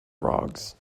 frogs